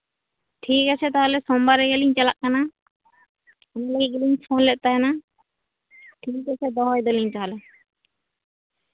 ᱴᱷᱤᱠ ᱟᱪᱷᱮ ᱛᱟᱦᱚᱞᱮ ᱥᱳᱢᱵᱟᱨ ᱜᱮᱞᱤᱧ ᱪᱟᱞᱟᱜ ᱠᱟᱱᱟ ᱚᱱᱟ ᱞᱟᱹᱜᱤᱫ ᱜᱮᱞᱤᱧ ᱯᱷᱳᱱ ᱞᱮᱜ ᱛᱟᱦᱮᱱᱟ ᱴᱷᱤᱠ ᱟᱪᱪᱷᱮ ᱫᱚᱦᱚᱭ ᱫᱟᱹᱞᱤᱧ ᱛᱟᱦᱚᱞᱮ